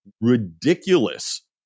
ridiculous